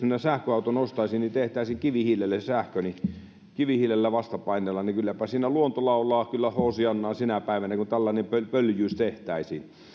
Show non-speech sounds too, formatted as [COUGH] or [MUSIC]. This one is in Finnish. [UNINTELLIGIBLE] minä sähköauton ostaisin ja tehtäisiin kivihiilellä sähkö kivihiilellä vasta painellaan niin kylläpä siinä luonto laulaa hoosiannaa sinä päivänä kun tällainen pöljyys tehtäisiin